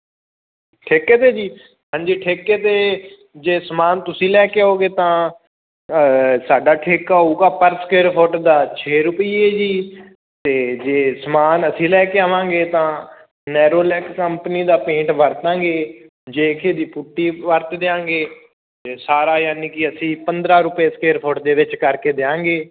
ਠੇਕੇ 'ਤੇ ਜੀ ਹਾਂਜੀ ਠੇਕੇ 'ਤੇ ਜੇ ਸਮਾਨ ਤੁਸੀਂ ਲੈ ਕੇ ਆਓਗੇ ਤਾਂ ਸਾਡਾ ਠੇਕਾ ਹੋਵੇਗਾ ਪਰ ਸਕੇਅਰ ਫੁੱਟ ਦਾ ਛੇ ਰੁਪਏ ਜੀ ਅਤੇ ਜੇ ਸਮਾਨ ਅਸੀਂ ਲੈ ਕੇ ਆਵਾਂਗੇ ਤਾਂ ਨੈਰੋਲੈਕਸ ਕੰਪਨੀ ਦਾ ਪੇਂਟ ਵਰਤਾਂਗੇ ਜੇ ਕੇ ਦੀ ਪੁੱਟੀ ਵਰਤ ਦਿਆਂਗੇ ਅਤੇ ਸਾਰਾ ਯਾਨੀ ਕਿ ਅਸੀਂ ਪੰਦਰ੍ਹਾਂ ਰੁਪਏ ਸਕੇਅਰ ਫੁੱਟ ਦੇ ਵਿੱਚ ਕਰਕੇ ਦਿਆਂਗੇ